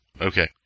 Okay